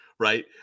right